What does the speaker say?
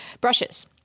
brushes